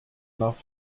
nach